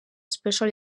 special